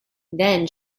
then